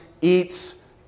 eats